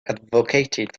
advocated